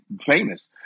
famous